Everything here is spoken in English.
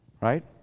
right